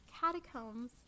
Catacombs